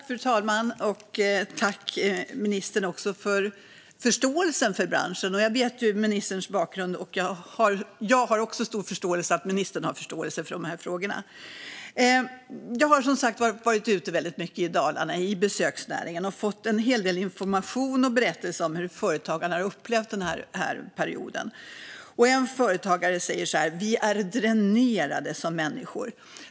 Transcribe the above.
Fru talman! Jag vill tacka ministern för förståelsen för branschen. Jag vet ministerns bakgrund, och jag förstår att ministern har förståelse för frågorna. Jag har som sagt varit ute mycket i besöksnäringen i Dalarna och har fått en hel del information och har fått höra berättelser om hur företagarna har upplevt den här perioden. En företagare säger: Vi är dränerade som människor.